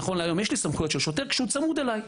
נכון להיום יש לי סמכויות של שוטר כשהוא צמוד אליי.